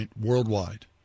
worldwide